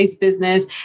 business